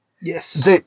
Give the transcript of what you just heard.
yes